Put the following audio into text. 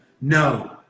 No